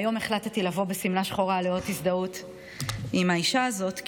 היום החלטתי לבוא בשמלה שחורה לאות הזדהות עם האישה הזאת,